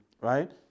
right